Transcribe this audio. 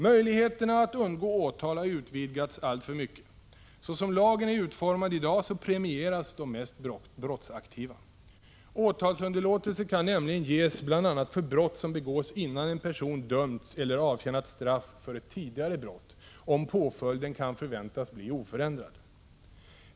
Möjligheterna att undgå åtal har utvidgats alltför mycket. Såsom lagen är utformad i dag premieras de mest brottsaktiva. Åtalsunderlåtelse kan nämligen ges bl.a. för brott som begås innan en person dömts eller avtjänat straff för ett tidigare brott, om påföljden kan förväntas bli oförändrad.